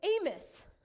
Amos